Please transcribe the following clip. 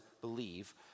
believe